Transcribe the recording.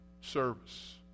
service